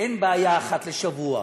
אין בעיה אחת לשבוע,